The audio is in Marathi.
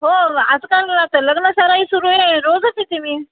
हो आजकाल आता लग्नसराई सुरू आहे रोजच येते मी